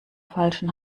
falschen